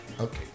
Okay